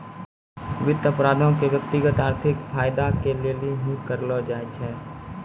वित्त अपराधो के व्यक्तिगत आर्थिक फायदा के लेली ही करलो जाय छै